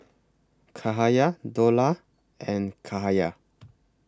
Cahaya Dollah and Cahaya